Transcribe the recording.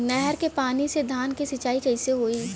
नहर क पानी से धान क सिंचाई कईसे होई?